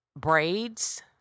braids